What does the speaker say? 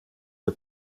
für